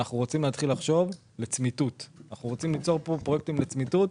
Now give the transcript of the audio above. אבל אנחנו רוצים להתחיל לחשוב על ליצור פרויקטים לצמיתות,